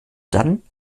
dann